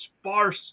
sparse